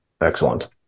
Excellent